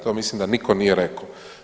To mislim da nitko nije rekao.